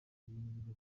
ibintu